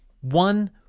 One